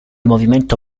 movimento